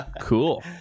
cool